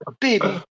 baby